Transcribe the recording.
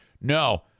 No